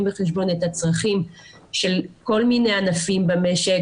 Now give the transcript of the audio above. בחשבון את הצרכים של כל מיני ענפים במשק,